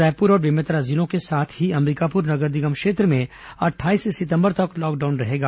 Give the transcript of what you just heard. रायपुर और बेमेतरा जिलों के साथ ही अंबिकापुर नगर निगर क्षेत्र में अट्ठाईस सितंबर तक लॉकडाउन रहेगा